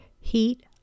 heat